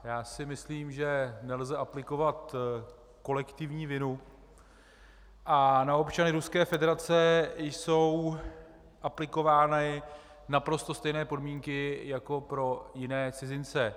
Já si myslím, že nelze aplikovat kolektivní vinu a na občany Ruské federace jsou aplikovány naprosto stejné podmínky jako na jiné cizince.